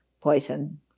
poison